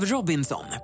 Robinson